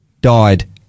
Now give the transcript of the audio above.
died